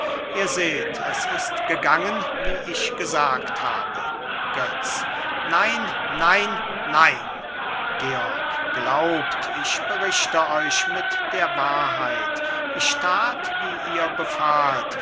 ihr seht es ist gegangen wie ich gesagt habe götz nein nein nein georg glaubt ich berichte euch mit der wahrheit ich tat wie ihr befahlt